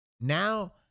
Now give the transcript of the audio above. now